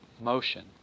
motion